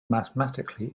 mathematically